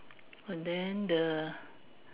and then the